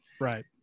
Right